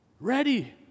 Ready